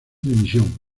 dimisión